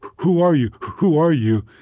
who are you? who are you?